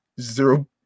zero